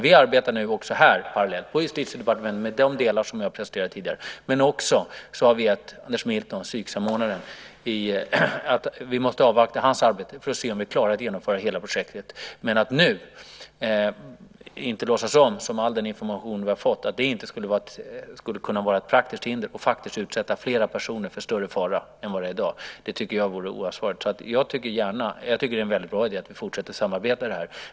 Vi arbetar nu parallellt på Justitiedepartementet med de delar som jag presenterade tidigare. Men vi måste avvakta Anders Milton, psyksamordnaren, och hans arbete för att se om vi klarar att genomföra hela projektet. Att nu inte låtsas om som om all den information vi har fått inte skulle kunna vara ett praktiskt hinder och faktiskt utsätta fler personer för större fara än i dag tycker jag vore oansvarigt. Jag tycker att det är en väldigt bra idé att vi fortsätter att samarbeta i det här.